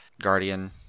Guardian